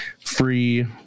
free